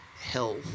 health